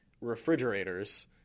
refrigerators